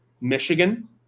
Michigan